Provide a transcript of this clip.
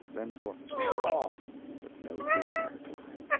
then for theodore, but no theodore replied.